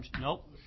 Nope